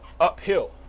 uphill